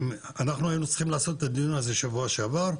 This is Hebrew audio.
אנחנו היינו צריכים לעשות את הדיון הזה שבוע שעבר,